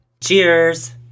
cheers